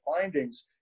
findings